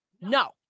No